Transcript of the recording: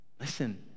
Listen